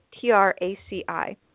T-R-A-C-I